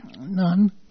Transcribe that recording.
None